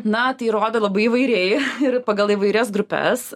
na tai rodo labai įvairiai ir pagal įvairias grupes